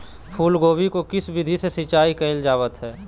फूलगोभी को किस विधि से सिंचाई कईल जावत हैं?